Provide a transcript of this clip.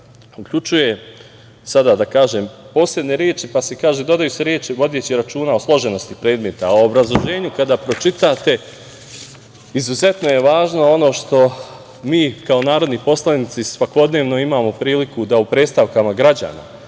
uključuje sada, da kažem, posebne reči, pa se kaže – dodaju se reči vodeći računa o složenosti predmeta, a u obrazloženju kada pročitate… Izuzetno je važno što mi, kao narodni poslanici, svakodnevno imamo priliku da u predstavkama građana,